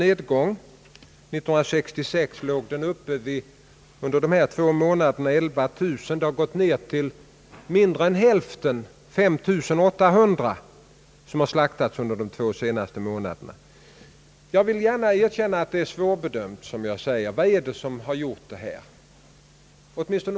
1966 slaktades under dessa två månader elva tusen djur. I år har antalet gått ned till fem tusen åtta hundra. Varpå kan detta bero?